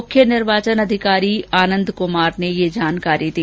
मुख्य निर्वाचन अधिकारी आनंद कुमार ने ये जानकारी दी